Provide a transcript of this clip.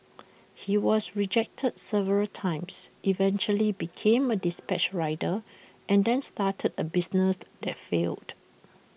he was rejected several times eventually became A dispatch rider and then started A business that failed